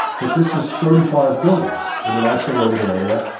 but this is thirty five buildings in an isolated area,